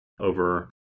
over